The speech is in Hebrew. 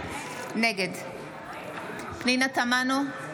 נגד פנינה תמנו,